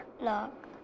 look